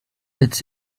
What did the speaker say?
it’s